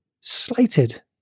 slated